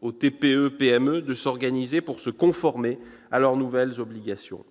aux TPE-PME de s'organiser pour se conformer à leurs nouvelles obligations.